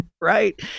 right